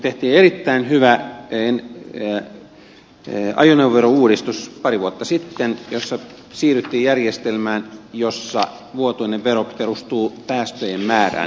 tehtiin erittäin hyvä ajoneuvoverouudistus pari vuotta sitten jossa siirryttiin järjestelmään jossa vuotuinen vero perustuu päästöjen määrään